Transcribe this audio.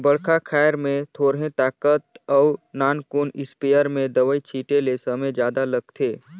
बड़खा खायर में थोरहें ताकत अउ नानकुन इस्पेयर में दवई छिटे ले समे जादा लागथे